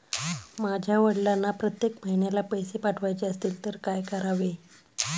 माझ्या वडिलांना प्रत्येक महिन्याला पैसे पाठवायचे असतील तर काय करावे?